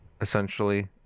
essentially